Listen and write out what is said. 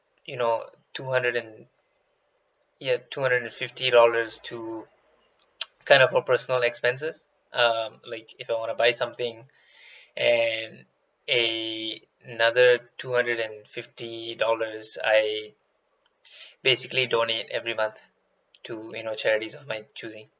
you know two hundred and ya two hundred and fifty dollars to kind of a personal expenses um like if I wanna to buy something and another two hundred and fifty dollars I basically donate every month to you know charities of my choosing